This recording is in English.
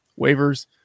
waivers